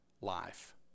life